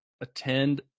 attend